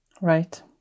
Right